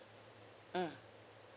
mm